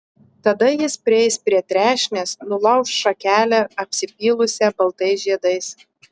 tada jis prieis prie trešnės nulauš šakelę apsipylusią baltais žiedais